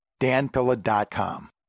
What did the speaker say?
danpilla.com